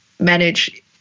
manage